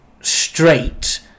straight